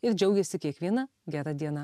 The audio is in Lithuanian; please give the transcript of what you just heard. ir džiaugiasi kiekviena gera diena